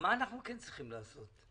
מה אנחנו כן צריכים לעשות.